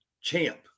champ